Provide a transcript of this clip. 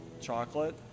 chocolate